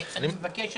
אני מבקש,